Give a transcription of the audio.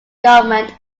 government